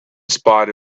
spite